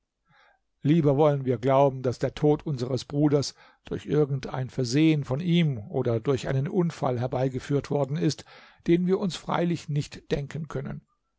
lieber wollen wir glauben daß der tod unseres bruders durch irgend ein versehen von ihm oder durch einen unfall herbeigeführt worden ist den wir uns freilich nicht denken können